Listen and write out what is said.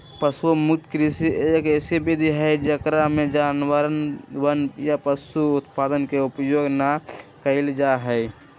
पशु मुक्त कृषि, एक ऐसी विधि हई जेकरा में जानवरवन या पशु उत्पादन के उपयोग ना कइल जाहई